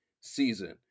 season